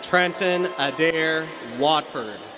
trenton adair wadford.